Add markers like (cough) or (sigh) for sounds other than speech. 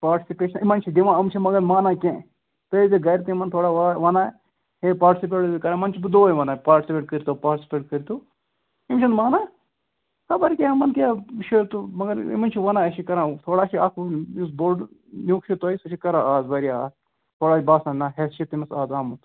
participation یِمَن چھِ دِوان یِم چھِنہٕ مگر مانان کیٚنٛہہ تُہۍ ٲسۍزیو گَرِ تہِ یِمَن تھوڑا وَنان ہے پاٹِسِپیٹ ٲسۍزیو کَران یِمَن چھُس بہٕ دۄہَے وَنان پاٹِسِپیٹ کٔرۍتو پاٹِسِپیٹ کٔرۍتو یِم چھِنہٕ مانان خبر کیٛاہ یِمَن کیٛاہ (unintelligible) مگر یِمَن چھِ وَنان أسۍ چھِ کَران تھوڑا چھُ اَکھ یُس بوٚڑ نِیُک چھُو تۄہہِ سُہ چھِ کَران اَز واریاہ اَتھ تھوڑا چھُ باسان نا ہٮ۪س چھُ تٔمِس اَز آمُت